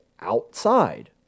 outside